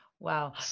Wow